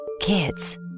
Kids